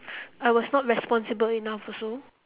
I was not responsible enough also